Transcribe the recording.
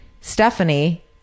Stephanie